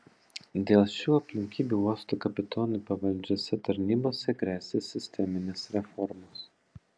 dėl šių aplinkybių uosto kapitonui pavaldžiose tarnybose gresia sisteminės reformos